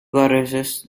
goddesses